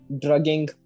drugging